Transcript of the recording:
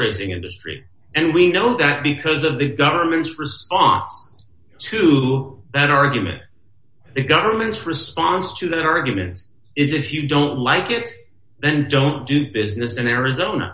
racing industry and we know that because of the government's response to that argument the government's response to that argument is if you don't like it then don't do business in arizona